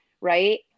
right